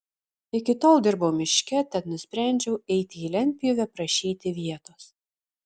iki tol dirbau miške tad nusprendžiau eiti į lentpjūvę prašyti vietos